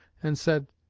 and said,